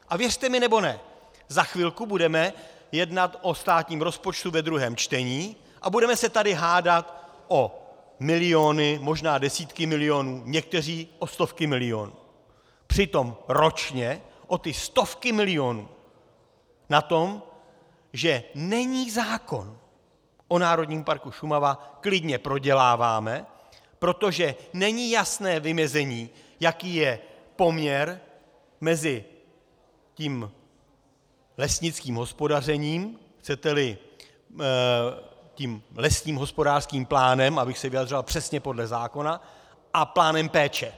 A věřte mi nebo ne, za chvilku budeme jednat o státním rozpočtu ve druhém čtení a budeme se tady hádat o miliony, možná desítky milionů, někteří o stovky milionů, přitom ročně o ty stovky milionů na tom, že není zákon o Národním parku Šumava, klidně proděláváme, protože není jasné vymezení, jaký je poměr mezi tím lesnickým hospodařením, chceteli lesním hospodářským plánem, abych se vyjadřoval přesně podle zákona, a plánem péče.